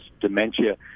dementia